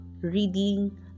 Reading